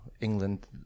england